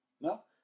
No